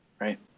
right